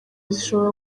zishobora